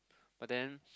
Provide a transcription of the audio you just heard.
but then